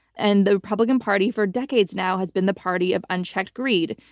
and the republican party for decades now has been the party of unchecked greed.